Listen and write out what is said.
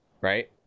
right